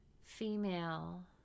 female